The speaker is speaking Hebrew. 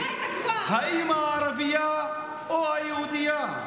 האימא הערבייה או היהודייה?